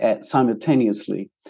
simultaneously